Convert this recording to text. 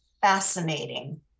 fascinating